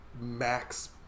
max